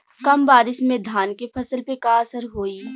कम बारिश में धान के फसल पे का असर होई?